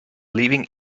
leaving